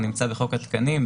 הוא נמצא בחוק התקנים,